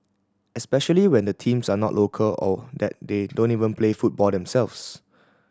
especially when the teams are not local or that they don't even play football themselves